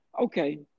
okay